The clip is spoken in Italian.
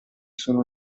sono